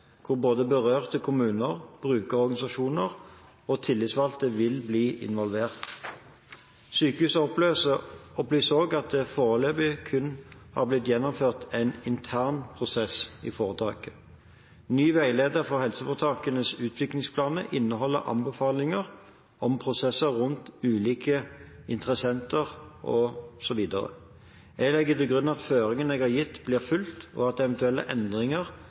hvor både berørte kommuner, brukerorganisasjoner og tillitsvalgte vil bli involvert. Sykehuset opplyser også at det foreløpig kun har blitt gjennomført en intern prosess i foretaket. Ny veileder for helseforetakenes utviklingsplaner inneholder anbefalinger om prosesser rundt ulike interessenter osv. Jeg legger til grunn at føringene jeg har gitt, blir fulgt, og at eventuelle endringer